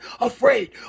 afraid